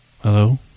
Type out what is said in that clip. Hello